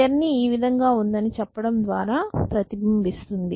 journey ఈ విధంగా ఉందని చెప్పడం ద్వారా ప్రతిబింబిస్తుంది